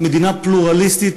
מדינה פלורליסטית,